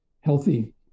healthy